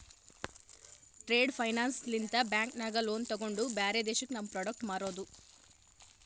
trade finance ಲಿಂತ bank ನಾಗ್ loan ತೊಗೊಂಡು ಬ್ಯಾರೆ ದೇಶಕ್ಕ ನಮ್ ಪ್ರೋಡಕ್ಟ್ ಮಾರೋದು